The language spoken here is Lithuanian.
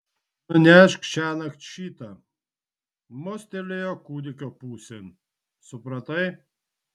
nunešk šiąnakt šitą mostelėjo kūdikio pusėn supratai